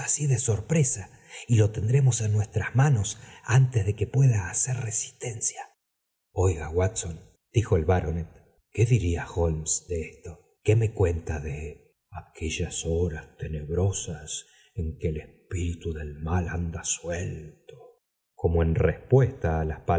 de sorpresa y lo tendremos en nuestras manos antes de que pueda hacer resistencia oiga watson dijo el baronet qué diría holmes de esto qué me cuenta de aquellas horas tenebrosas en que el espíritu del mal anda suelto como en respuesta á las